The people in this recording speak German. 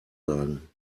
sagen